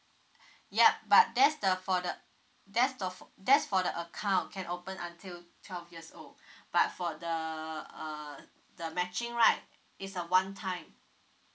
yup but that's the for the uh that's of that's for the account can open until twelve years old but for the uh the matching right it's a one time